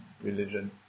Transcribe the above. religion